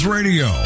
Radio